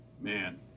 Man